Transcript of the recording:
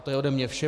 To je ode mě vše.